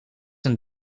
een